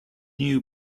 new